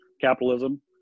capitalism